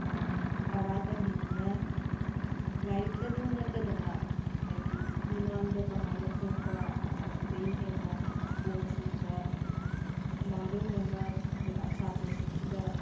ꯄꯔꯥ ꯇꯝꯕꯤꯗꯨꯅ ꯂꯥꯏꯔꯤꯛꯇꯗꯪ ꯅꯠꯇꯗꯅ ꯍꯥꯏꯗꯤ ꯃꯤꯃꯥꯡꯗ ꯀꯃꯥꯏꯅ ꯊꯣꯛꯄ ꯑꯗꯨꯗꯩ ꯍꯦꯟꯅ ꯁ꯭ꯄꯣꯔꯠꯁꯅꯨꯡꯗ ꯃꯥꯡꯖꯧꯅꯅ ꯁꯥꯇ꯭ꯔꯁꯤꯡꯁꯤꯗ